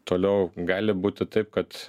toliau gali būti taip kad